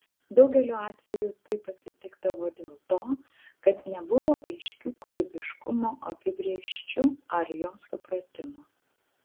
daugeliu atveju taip atsitikdavo dėl to kad nebuvo aiškių kūrybiškumo apibrėžčių ar jo supratimo